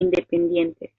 independientes